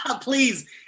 please